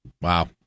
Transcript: Wow